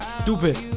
Stupid